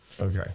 Okay